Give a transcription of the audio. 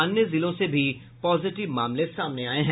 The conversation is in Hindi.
अन्य जिलों से भी पॉजिटिव मामले सामने आये हैं